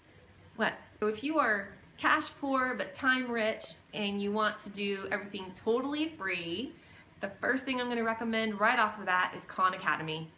what. but if you are cash poor but time rich and you want to do everything totally free the first thing i'm gonna recommend right off the bat is khan academy.